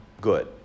good